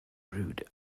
rudd